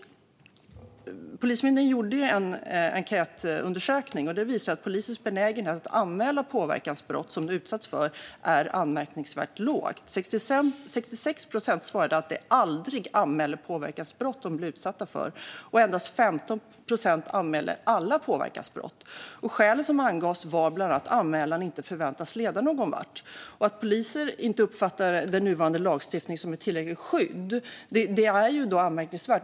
Polismyndigheten gjorde en enkätundersökning. Den visar att polisers benägenhet att anmäla påverkansbrott som de utsatts för är anmärkningsvärt låg. 66 procent svarade att de aldrig anmäler påverkansbrott som de blir utsatta för, och endast 15 procent anmälde alla påverkansbrott. Skälen som angavs var bland annat att anmälan inte förväntas leda någonvart. Att poliser inte uppfattar den nuvarande lagstiftningen som ett tillräckligt skydd är anmärkningsvärt.